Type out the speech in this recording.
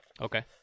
Okay